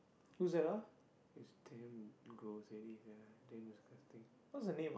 it's damn gross really sia damn disgusting